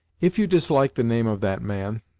if you dislike the name of that man,